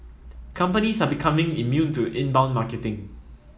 companies are becoming immune to inbound marketing